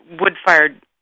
wood-fired